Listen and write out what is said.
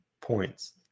points